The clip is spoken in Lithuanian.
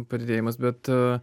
padidėjimas bet